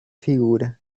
figura